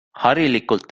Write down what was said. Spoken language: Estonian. harilikult